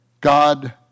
God